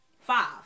Five